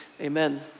Amen